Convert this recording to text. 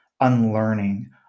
unlearning